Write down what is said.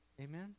Amen